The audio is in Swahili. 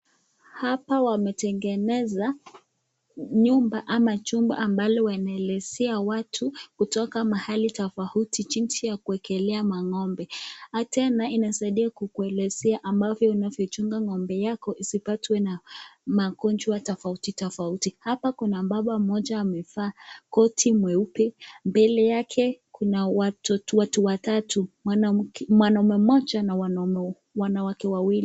Hapa wametengeneza nyumba ama chumba ambalo wanaelezea watu kutoka mahali tafauti jinsi ya kuekelea mang'ombe. Tena inasaidia kukuelezea ambavyo unavyochunga ng'ombe yako isipatwe na magonjwa tafauti tafauti. Hapa kuna baba mmoja amevaa koti mweupe, mbele yake kuna watu watatu, mwanaume mmoja na wanawake wawili.